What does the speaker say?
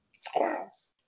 Squirrels